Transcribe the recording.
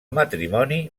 matrimoni